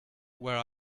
where